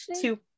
two